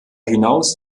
hinaus